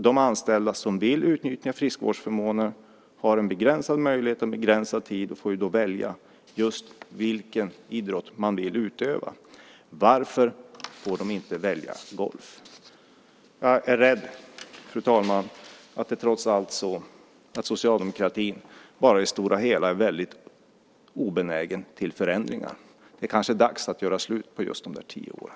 De anställda som vill utnyttja friskvårdsförmånen har begränsad möjlighet och begränsad tid och får därför välja just vilken idrott man vill utöva. Varför får de inte välja golf? Jag är rädd, fru talman, att det trots allt är så att socialdemokratin i det stora hela bara är väldigt obenägen till förändringar. Det kanske är dags att göra slut på de där tio åren.